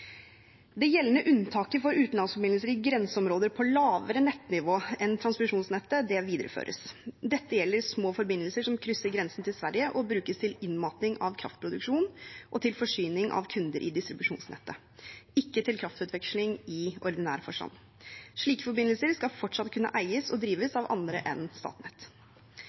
Det gjeldende unntaket for utenlandsforbindelser i grenseområder på lavere nettnivå enn transmisjonsnettet videreføres. Dette gjelder små forbindelser som krysser grensen til Sverige og brukes til innmating av kraftproduksjon og til forsyning av kunder i distribusjonsnettet, ikke til kraftutveksling i ordinær forstand. Slike forbindelser skal fortsatt kunne eies og drives av andre enn Statnett.